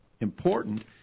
important